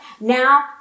Now